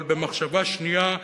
אבל במחשבה שנייה,